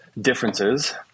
differences